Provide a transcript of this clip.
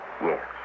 Yes